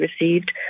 received